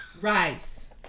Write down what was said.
Rice